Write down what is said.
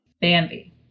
Bambi